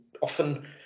often